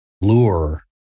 lure